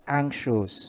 anxious